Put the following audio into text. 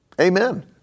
Amen